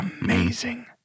amazing